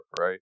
right